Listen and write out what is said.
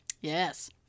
Yes